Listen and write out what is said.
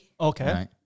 Okay